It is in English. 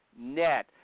net